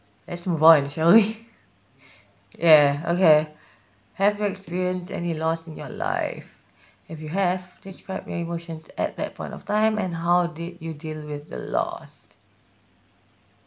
let's move on shall we ya okay have you experienced any loss in your life if you have describe your emotions at that point of time and how did you deal with the loss